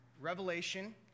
revelation